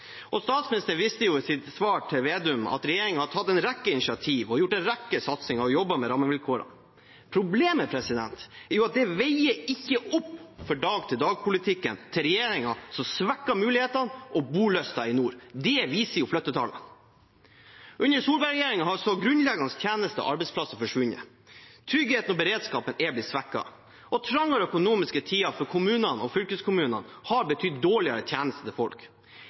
Statsministeren viste i sitt svar til representanten Slagsvold Vedum til at regjeringen har tatt en rekke initiativ, gjort en rekke satsinger og jobbet med rammevilkårene. Problemet er at det ikke veier opp for dag-til-dag-politikken til regjeringen, som svekker mulighetene og bolysten i nord. Det viser jo flyttetallene. Under Solberg-regjeringen har grunnleggende tjenester og arbeidsplasser forsvunnet. Tryggheten og beredskapen er blitt svekket, og trangere økonomiske tider for kommunene og fylkeskommunene har betydd dårligere tjenester for folk.